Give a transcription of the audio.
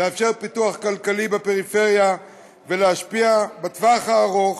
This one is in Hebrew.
לאפשר פיתוח כלכלי בפריפריה ולהשפיע בטווח הארוך